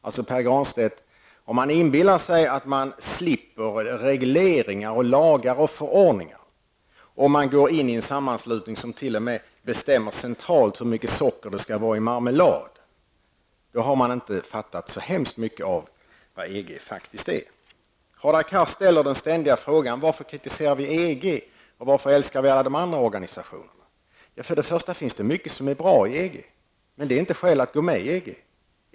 Inbillar man sig, Pär Granstedt, att man slipper regleringar, lagar och förordningar om man går in i en sammanslutning som t.o.m. centalt bestämmer hur mycket socker det skall vara i marmelad, har man inte fattat så värst mycket av vad EG faktiskt är. Hadar Cars ställer ständigt frågan varför vi kritiserar EG och älskar alla de andra organisationerna. Det finns mycket som är bra i EG, men detta är inte ett skäl för att gå med i EG.